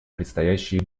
предстоящие